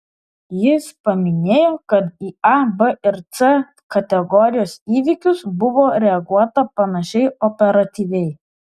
jis paminėjo kad į a b ir c kategorijos įvykius buvo reaguota panašiai operatyviai